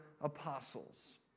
apostles